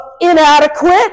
Inadequate